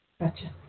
Gotcha